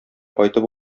кайтып